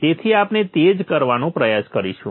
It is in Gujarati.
તેથી આપણે તે જ કરવાનો પ્રયાસ કરીશું